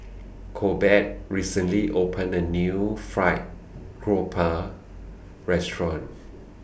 Corbett recently opened A New Fried Grouper Restaurant